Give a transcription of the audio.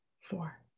four